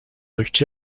durch